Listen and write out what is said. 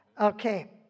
Okay